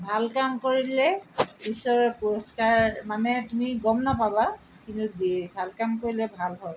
ভাল কাম কৰিলে ঈশ্বৰে পুৰস্কাৰ মানে তুমি গম নাপাবা কিন্তু দিয়ে ভাল কাম কৰিলে ভাল হয়